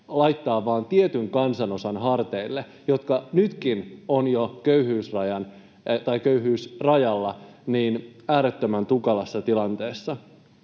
laittaa vain tietyn kansanosan harteille, joka nytkin on jo köyhyysrajalla äärettömän tukalassa tilanteessa.